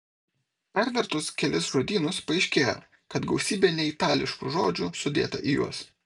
pervertus kelis žodynus paaiškėjo kad gausybė neitališkų žodžių sudėta į juos